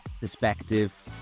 perspective